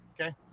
Okay